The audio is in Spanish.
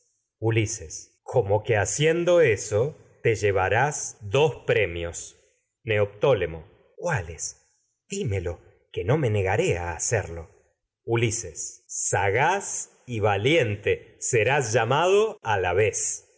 ulises como que haciendo eso te llevarás dos premios neoptólemo a cuáles dimelo que no me negaré hacerlo ulises sagaz y valiente serás llamado a la vez